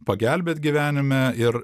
pagelbėt gyvenime ir